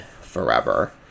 forever